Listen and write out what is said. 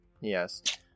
Yes